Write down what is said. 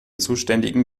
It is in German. zuständigen